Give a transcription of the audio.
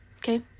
okay